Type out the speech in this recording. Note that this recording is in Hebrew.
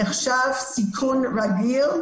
נחשב סיכון רגיל,